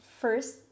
first